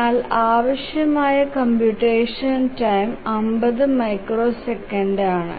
എന്നാൽ ആവശ്യമായ computation time 50 മൈക്രോസെക്കൻഡാണ്